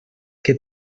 que